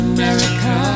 America